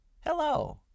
Hello